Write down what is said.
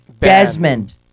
Desmond